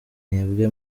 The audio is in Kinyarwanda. mwebwe